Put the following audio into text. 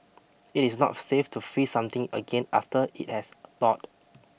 it is not safe to freeze something again after it has thawed